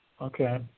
Okay